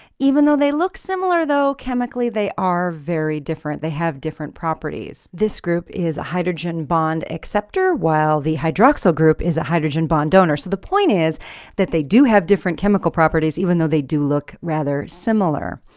even though they look similar though, chemically they are very different. they have different properties. this group is a hydrogen bond acceptor while the hydroxyl group is a hydrogen bond donor. so the point is that they do have different chemical properties even though they do look rather similar.